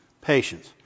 patience